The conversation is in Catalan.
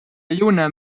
lluna